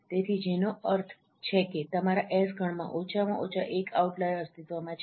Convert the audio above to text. તેથી જેનો અર્થ છે કે તમારા S ગણમાં ઓછામાં ઓછા એક આઉટલાઈર અસ્તિત્વમાં છે